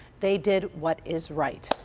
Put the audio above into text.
they did what is right.